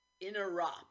interrupt